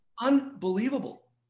Unbelievable